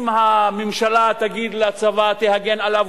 אם הממשלה תגיד לצבא: תגן עליו,